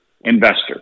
investors